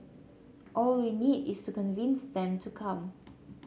all we need is to convince them to come